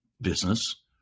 business